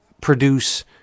produce